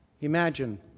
Imagine